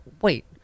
Wait